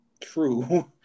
true